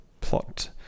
plot